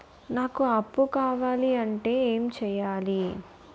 నాకు అప్పు కావాలి అంటే ఎం చేయాలి?